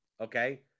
okay